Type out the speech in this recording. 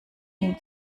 ihm